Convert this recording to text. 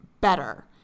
better